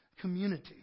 community